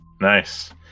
Nice